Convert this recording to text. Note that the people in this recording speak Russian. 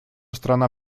страна